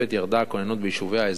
ירדה הכוננות ביישובי האזור,